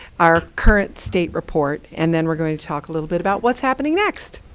our current state report. and then we're going to talk a little bit about what's happening next.